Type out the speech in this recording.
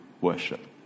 worship